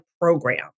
program